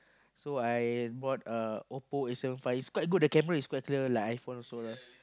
so I bought a Oppo eight seven five is quite good the camera is quite clear like iPhone also lah